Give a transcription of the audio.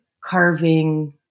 carving